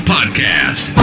Podcast